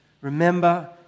Remember